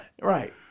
right